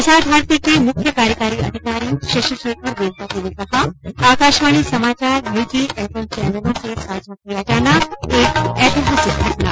प्रसार भारती के मुख्य कार्यकारी अधिकारी शशिशखेर वेम्पति ने कहा आकाशवाणी समाचार निजी एफएम चैनलों से साझा किया जाना एक एतिहासिक कदम